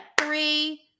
three